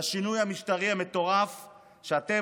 לשינוי המשטרי המטורף שאתם,